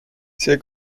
see